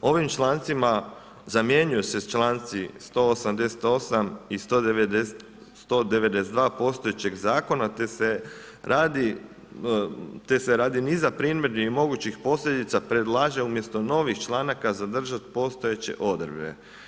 Ovim člancima zamjenjuju se članci 188. i 192. postojećeg zakona te se radi niza primjedbi i mogućih posljedica predlaže umjesto novih članaka zadržati postojeće odredbe.